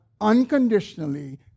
unconditionally